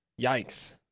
yikes